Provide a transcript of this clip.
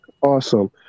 awesome